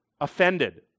offended